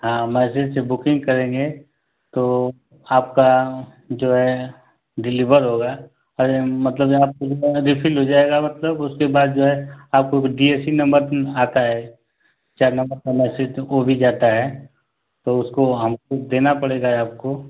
हाँ मैसेज से बुकिंग करेंगे तो आपका जो है डिलीवर होगा अरे मतलब जब आप पूरी तरह रिफिल हो जाएगा मतलब उसके बाद जो है आपको D A C number pin आता है चार नंबर का मैसेज तो ओ भी जाता है तो उसको हमको देना पड़ेगा आपको